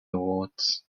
awards